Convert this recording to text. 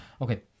okay